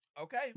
okay